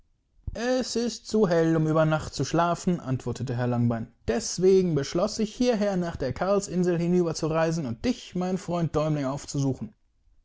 es ist zu hell um über nacht zu schlafen antwortete herr langbein deswegen beschloß ich hierher nach der karlsinsel hinüber zu reisen und dich mein freund däumling aufzusuchen